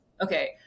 Okay